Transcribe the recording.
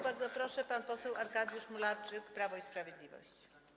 Bardzo proszę, pan poseł Arkadiusz Mularczyk, Prawo i Sprawiedliwość.